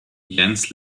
jens